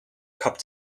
cup